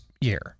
year